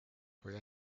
kui